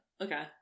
Okay